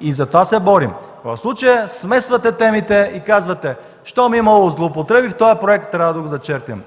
и за това се борим. В случая смесвате темите и казвате: „Щом е имало злоупотреби, този проект трябва да го зачеркнем!”